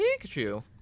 Pikachu